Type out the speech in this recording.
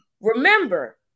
remember